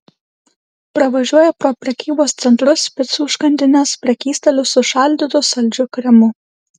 pravažiuoja pro prekybos centrus picų užkandines prekystalius su šaldytu saldžiu kremu